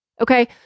Okay